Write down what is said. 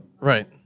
Right